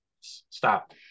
stop